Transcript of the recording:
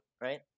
right